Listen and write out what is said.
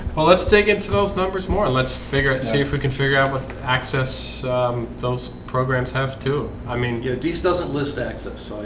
well, let's take it to those numbers more. and let's figure it. see if we can figure out but access those programs have to i mean these doesn't list access.